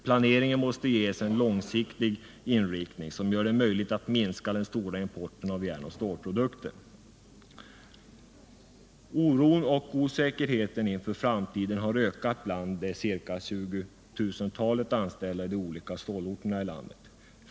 Planeringen måste ges en långsiktig inriktning, som gör det möjligt att minska den stora importen av järnoch stålprodukter. Oron och osäkerheten inför framtiden har ökat bland de ca 20 000 anställda ideoolika stålorterna i landet.